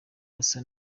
basa